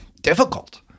difficult